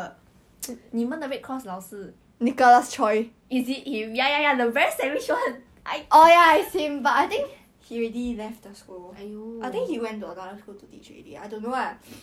err ya carine at least carine that one is not as bad because 他直接跟我讲他很坦白地跟我讲为什么他 drift away from me is cause she feels inferior but sarah is just like